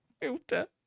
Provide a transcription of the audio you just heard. filter